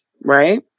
right